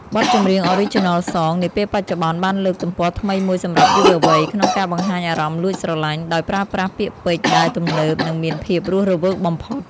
បទចម្រៀង Original Song នាពេលបច្ចុប្បន្នបានបើកទំព័រថ្មីមួយសម្រាប់យុវវ័យ ក្នុងការបង្ហាញអារម្មណ៍លួចស្រឡាញ់ ដោយប្រើប្រាស់ពាក្យពេចន៍ដែលទំនើប និងមានភាពរស់រវើកបំផុត។